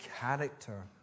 character